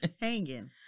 hanging